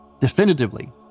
Definitively